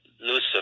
Lucifer